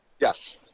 Yes